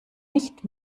nicht